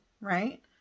right